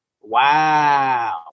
Wow